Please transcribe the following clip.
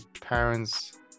parents